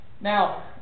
Now